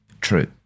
True